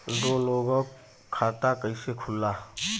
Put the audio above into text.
दो लोगक खाता कइसे खुल्ला?